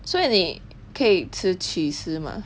所以你可以吃 cheese mah